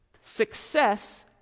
Success